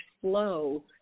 flow